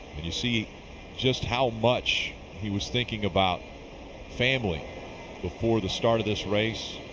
you see just how much he was thinking about family before the start of this race,